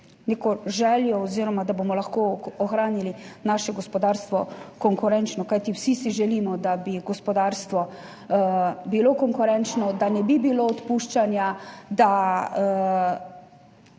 neko željo oziroma bomo lahko ohranili naše gospodarstvo konkurenčno, kajti vsi si želimo, da bi bilo gospodarstvo konkurenčno, da ne bi bilo odpuščanj, da